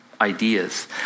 ideas